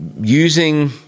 using